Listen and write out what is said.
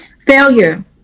Failure